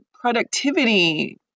productivity